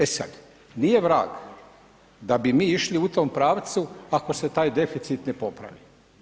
E sada nije vrag da bi mi išli u tom pravcu, ako se taj deficit ne popravi.